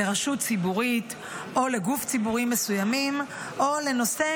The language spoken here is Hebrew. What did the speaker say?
לרשות ציבורית או לגוף ציבורי מסוימים או לנושא